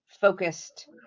focused